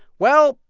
well,